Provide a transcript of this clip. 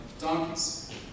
donkeys